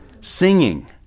Singing